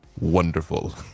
wonderful